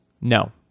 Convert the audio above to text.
No